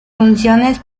funciones